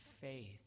faith